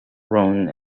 ron